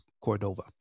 Cordova